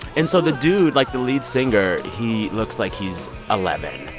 and so the dude like, the lead singer, he looks like he's eleven.